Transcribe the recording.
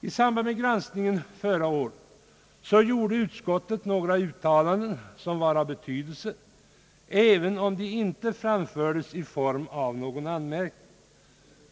I samband med granskningen förra året gjorde utskottet några uttalanden som var av betydelse, även om de inte framfördes i form av någon anmärkning.